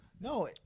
No